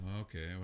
Okay